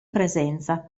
presenza